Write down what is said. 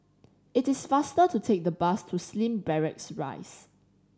it is faster to take the bus to Slim Barracks Rise